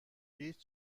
هیچ